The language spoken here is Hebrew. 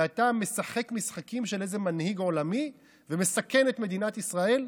ואתה משחק משחקים של איזה מנהיג עולמי ומסכן את מדינת ישראל?